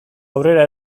aurrera